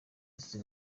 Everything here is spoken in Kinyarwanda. azize